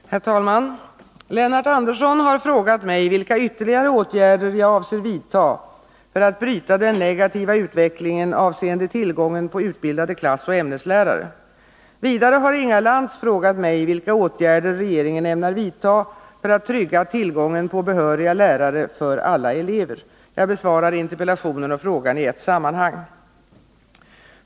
Herr talman! Lennart Andersson har frågat mig vilka ytterligare åtgärder jag avser vidta för att bryta den negativa utvecklingen avseende tillgången på utbildade klassoch ämneslärare. Jag besvarar interpellationen och frågan i ett sammanhang.